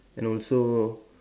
and also